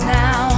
now